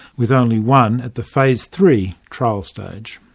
with only one at the phase three trial stage.